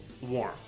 warm